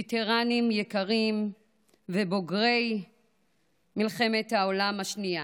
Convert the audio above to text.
וטרנים יקרים ובוגרי מלחמת העולם השנייה.